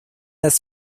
las